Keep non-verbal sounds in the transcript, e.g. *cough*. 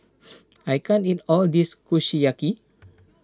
*noise* I can't eat all of this Kushiyaki